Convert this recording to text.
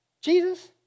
Jesus